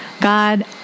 God